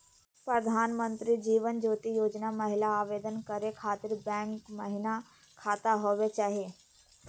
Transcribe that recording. प्रधानमंत्री जीवन ज्योति योजना महिना आवेदन करै खातिर बैंको महिना खाता होवे चाही?